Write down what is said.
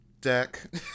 deck